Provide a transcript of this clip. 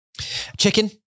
Chicken